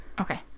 Okay